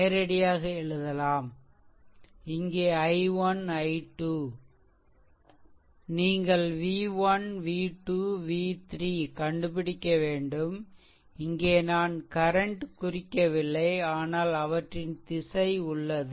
நேரடியாக எழுதலாம் இங்கே i1 i 2 நீங்கள் v1 v2 v3 கண்டுபிடிக்க வேண்டும் இங்கே நான் கரண்ட் குறிக்கவில்லை அனால் அவற்றின் திசை உள்ளது